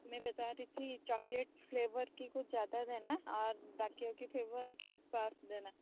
मैं बता रही थी चॉकलेट फ्लेवर की कुछ ज़्यादा देना और बकियों की फिर वो एक एक पास देना